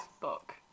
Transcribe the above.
book